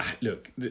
look